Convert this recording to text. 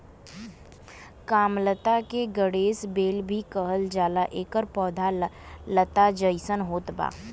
कामलता के गणेश बेल भी कहल जाला एकर पौधा लता जइसन होत बा